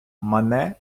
мане